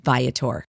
Viator